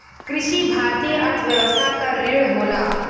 कृषि भारतीय अर्थव्यवस्था क रीढ़ होला